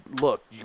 look